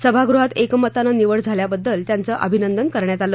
सभागृहात एकमतानं निवड झाल्याबद्दल त्यांचं अभिनंदन करण्यात आलं